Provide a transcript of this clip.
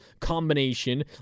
combination